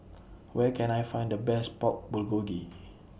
Where Can I Find The Best Pork Bulgogi